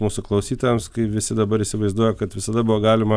mūsų klausytojams kai visi dabar įsivaizduoja kad visada buvo galima